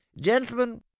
Gentlemen